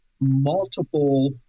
multiple